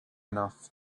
enough